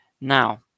Now